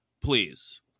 please